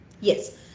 Yes